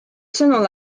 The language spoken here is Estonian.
sõnul